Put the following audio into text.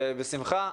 בשמחה.